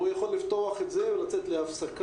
כי הוא יכול לפתוח את הישיבה ולצאת להפסקה.